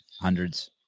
hundreds